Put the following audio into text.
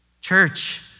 Church